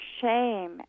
shame